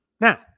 Now